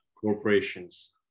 corporations